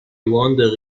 wonder